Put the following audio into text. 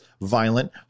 violent